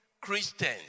Christians